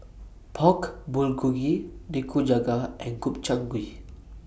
Pork Bulgogi Nikujaga and Gobchang Gui